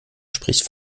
spricht